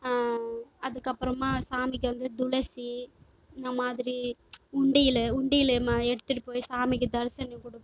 அதுக்கப்புறமா சாமிக்கு வந்து துளசி இந்த மாதிரி உண்டியல் உண்டியல் எடுத்துகிட்டு போய் சாமிக்கு தரிசனம் கொடுப்போம்